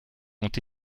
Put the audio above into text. ont